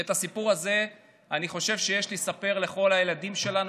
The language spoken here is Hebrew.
את הסיפור הזה אני חושב שיש לספר לכל הילדים שלנו,